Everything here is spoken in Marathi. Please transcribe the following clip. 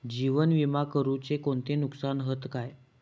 जीवन विमा करुचे कोणते नुकसान हत काय?